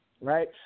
Right